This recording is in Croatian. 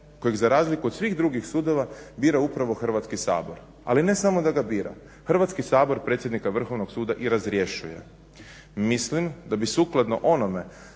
kojeg za razliku od svih drugih sudova bira upravo Hrvatski sabor, ali ne samo da ga bira, Hrvatski sabor predsjednika Vrhovnog suda i razrješuje. Mislim da bi sukladno onome